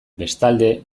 bestalde